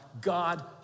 God